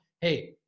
hey